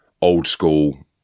old-school